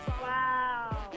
Wow